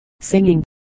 singing